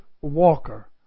walker